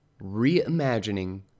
Reimagining